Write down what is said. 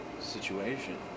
Situation